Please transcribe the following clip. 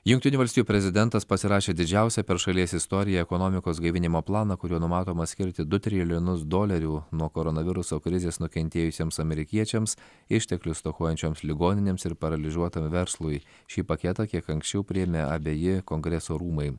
jungtinių valstijų prezidentas pasirašė didžiausią per šalies istoriją ekonomikos gaivinimo planą kuriuo numatoma skirti du trilijonus dolerių nuo koronaviruso krizės nukentėjusiems amerikiečiams išteklių stokojančioms ligoninėms ir paralyžiuotam verslui šį paketą kiek anksčiau priėmė abeji kongreso rūmai